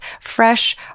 fresh